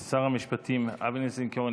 שר המשפטים אבי ניסנקורן,